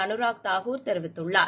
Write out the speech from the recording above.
அனுராக் தாகூர் தெரிவித்துள்ளார்